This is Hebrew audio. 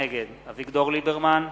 נגד אביגדור ליברמן,